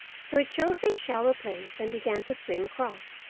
so he chose a shallow place and began to swim across.